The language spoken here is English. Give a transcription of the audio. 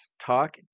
talk